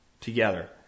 together